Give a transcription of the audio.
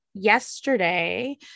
yesterday